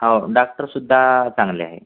हो डाक्टरसुद्धा चांगले आहे